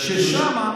ששם,